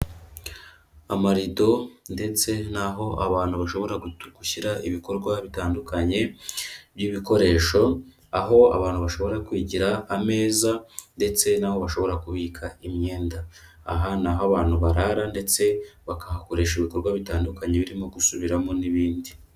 Amarido ndetse naho abantu bashobora gushyira ibikorwa bitandukanye, by'ibikoresho aho abantu bashobora kwigira ameza ndetse nabo bashobora kubika imyenda, aha naho abantu barara ndetse bagakoresha ibikorwa bitandukanye birimo gusubiramo n'ibindi.